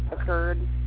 occurred